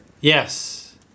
Yes